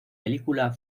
película